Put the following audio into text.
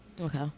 Okay